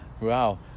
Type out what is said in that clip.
Wow